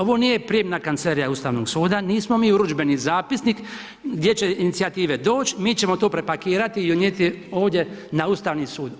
Ono nije prijemna kancelarija Ustavnog suda, nismo mi urudžbeni zapisnik gdje će inicijative doći, mi ćemo to prepakirati i odnijeti ovdje na Ustavni sud.